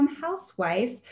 housewife